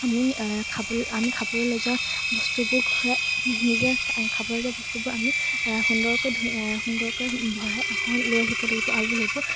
আমি খাবলৈ আমি খাবলৈ লৈ যোৱা বস্তুবোৰ ঘূৰাই নিজে খাবলৈ যোৱা বস্তুবোৰ আমি সুন্দৰকৈ ধুই সুন্দৰকৈ ভৰাই আকৌ লৈ আহিব লাগিব আৰু সেইবোৰ